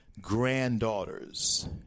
granddaughters